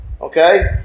Okay